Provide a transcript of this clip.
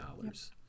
dollars